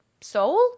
soul